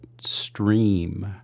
stream